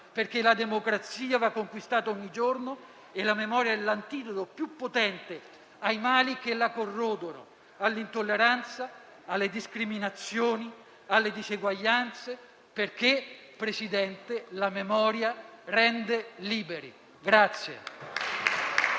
perché la democrazia va conquistata ogni giorno e la memoria è l'antidoto più potente ai mali che la corrodono, all'intolleranza, alle discriminazioni, alle diseguaglianze. Questo perché - signor Presidente - la memoria rende liberi.